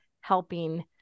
helping